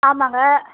ஆமாங்க